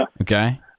okay